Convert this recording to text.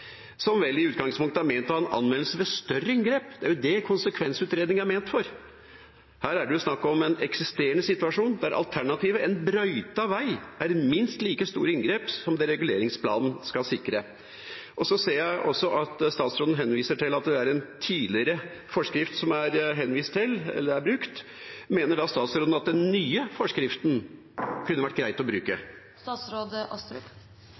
som vel i utgangspunktet er ment å ha en anvendelse ved større inngrep? Det er jo det konsekvensutredninger er ment for. Her er det snakk om en eksisterende situasjon der alternativet, en brøytet vei, er et minst like stort inngrep som det reguleringsplanen skal sikre. Jeg ser også at statsråden henviser til at det er en tidligere forskrift som er brukt. Mener statsråden da at det kunne vært greit å bruke den nye forskriften?